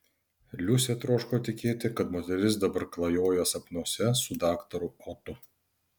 liusė troško tikėti kad moteris dabar klajoja sapnuose su daktaru otu